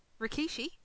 Rikishi